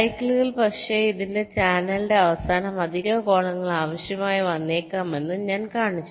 സൈക്കിളുകൾ പക്ഷേ ഇതിന് ചാനലിന്റെ അവസാനം അധിക കോളങ്ങൾ ആവശ്യമായി വന്നേക്കാമെന്ന് ഞാൻ കാണിച്ചു